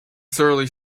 surly